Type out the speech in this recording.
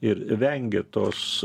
ir vengia tos